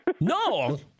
no